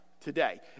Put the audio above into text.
Today